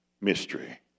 mystery